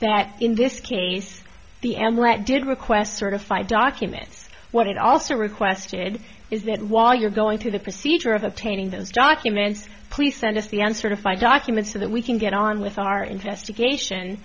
that in this case the end what did request certified documents what it also requested is that while you're going through the procedure of obtaining those documents please send us the answer to five documents so that we can get on with our investigation